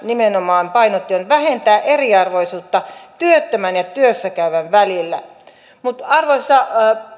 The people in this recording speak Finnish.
nimenomaan painotti vähentää eriarvoisuutta työttömän ja työssäkäyvän välillä mutta arvoisa